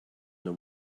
know